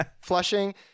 flushing